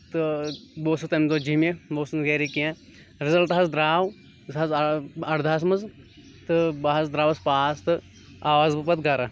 تہٕ بہ اوسُس تَمہِ دۄہ جیمہِ بہٕ اوسُس نہٕ گرِ کیٚنٛہہ رِزلٹ حظ درٛاو زٕ ساس اَردہَس منٛز تہٕ بہٕ حط داروُس پاس تہٕ آوُس بہٕ پَتہٕ گرٕ